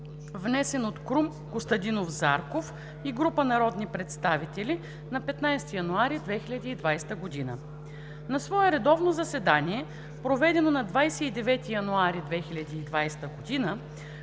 внесен от Крум Костадинов Зарков и група народни представители на 15 януари 2020 г. На свое заседание, проведено на 29 януари 2020 г.,